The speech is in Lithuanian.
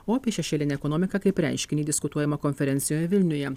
o apie šešėlinę ekonomiką kaip reiškinį diskutuojama konferencijoje vilniuje